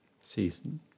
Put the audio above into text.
season